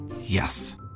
Yes